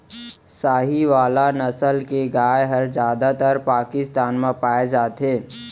साहीवाल नसल के गाय हर जादातर पाकिस्तान म पाए जाथे